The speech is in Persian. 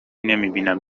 نمیبینم